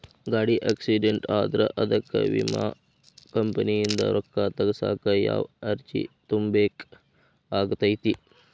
ಗಾಡಿ ಆಕ್ಸಿಡೆಂಟ್ ಆದ್ರ ಅದಕ ವಿಮಾ ಕಂಪನಿಯಿಂದ್ ರೊಕ್ಕಾ ತಗಸಾಕ್ ಯಾವ ಅರ್ಜಿ ತುಂಬೇಕ ಆಗತೈತಿ?